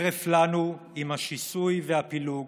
הרף לנו עם השיסוי והפילוג.